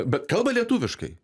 bet kalba lietuviškai